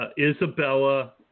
Isabella